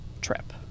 trip